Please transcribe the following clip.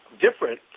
different